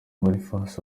boniface